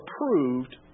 approved